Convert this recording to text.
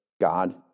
God